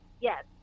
Yes